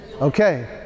okay